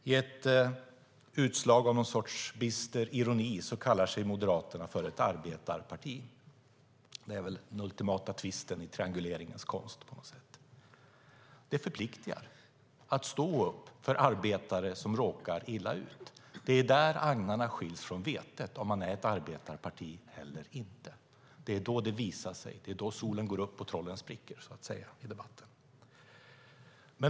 I ett utslag av någon sorts bister ironi kallar sig Moderaterna för ett arbetarparti. Det är väl den ultimata tvisten i trianguleringens konst. Det förpliktar att stå upp för arbetare som råkar illa ut. Det är där agnarna skiljs från vetet, om man är ett arbetarparti eller inte. Det är då det visar sig. Det är då solen går upp och trollen spricker, så att säga.